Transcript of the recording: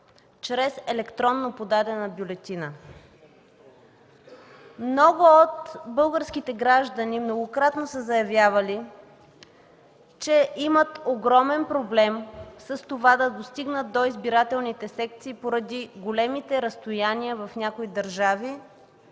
чрез електронно подадена бюлетина. (Реплика от ДПС.) Много от българските граждани многократно са заявявали, че имат огромен проблем с това да достигнат до избирателните секции поради големите разстояния в някои държави